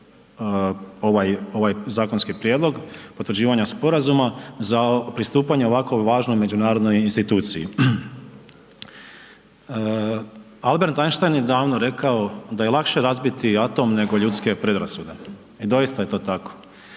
ovaj zakonski prijedlog potvrđivanja sporazuma za pristupanje ovako važnoj međunarodnoj instituciji. Albert Einstein je davno rekao da je lakše razbiti atom nego ljudske predrasude i doista je to tako.